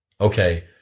Okay